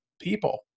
people